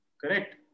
Correct